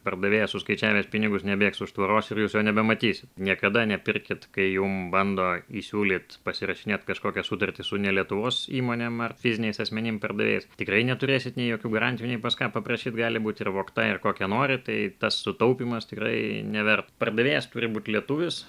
pardavėjas suskaičiavęs pinigus nebėgs už tvoros ir jūs jo nebematysit niekada nepirkit kai jum bando įsiūlyti pasirašinėt kažkokias sutartis su ne lietuvos įmonėm ar fiziniais asmenim pardavėjais tikrai neturėsit nei jokių garantijų nei pas ką paprašyt gali būt ir vogta ir kokia nori tai tas sutaupymas tikrai never pardavėjas turi būti lietuvis